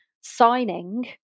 signing